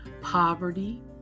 poverty